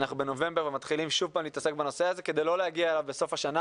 אנחנו בנובמבר ומתחילים שוב פעם להתעסק בנושא הזה כדי להגיע בסוף השנה.